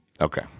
Okay